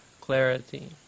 clarity